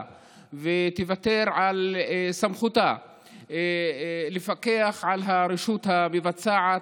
ותוותר על סמכותה לפקח על הרשות המבצעת,